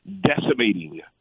decimating